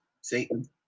Satan